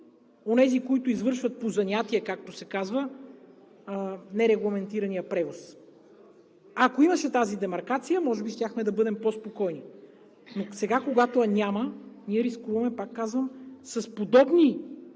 онези, които извършват по занятия, както се казва, нерегламентирания превоз. Ако имаше тази демаркация, може би щяхме да бъдем по спокойни. Сега, когато я няма, ние рискуваме, пак казвам, с подобни